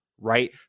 right